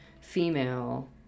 female